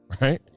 Right